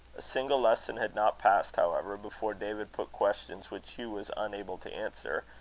a single lesson had not passed, however, before david put questions which hugh was unable to answer,